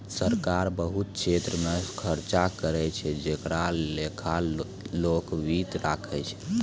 सरकार बहुत छेत्र मे खर्चा करै छै जेकरो लेखा लोक वित्त राखै छै